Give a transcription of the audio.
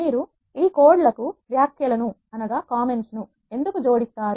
మీరు ఈ కోడ్ లకు వ్యాఖ్యలను ఎందుకు జోడిస్తారు